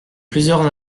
plusieurs